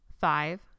five